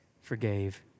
forgave